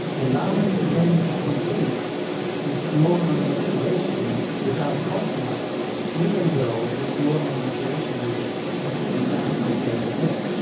allowing the brain to complete its normal maturation without compromises, even though this normal maturation is expected to be done outside the womb.